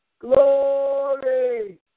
Glory